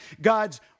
God's